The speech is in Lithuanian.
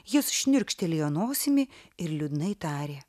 jis šniurkštelėjo nosimi ir liūdnai tarė